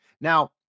now